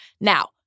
Now